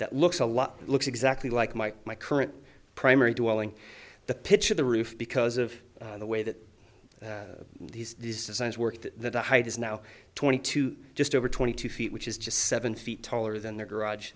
that looks a lot looks exactly like my my current primary dwelling the pitch of the roof because of the way that these things worked that the height is now twenty two just over twenty two feet which is just seven feet taller than the garage